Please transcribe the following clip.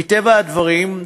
מטבע הדברים,